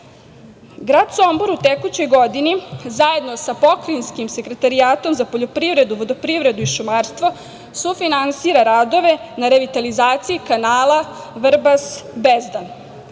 Grad Sombor u tekućoj godini zajedno sa pokrajinskim sekretarijatom za poljoprivredu, vodoprivredu i šumarstvo sufinansira radove na revitalizaciji kanala Vrbas-Bezdan.